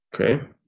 Okay